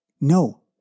No